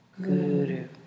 Guru